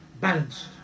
balanced